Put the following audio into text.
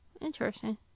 Interesting